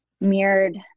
mirrored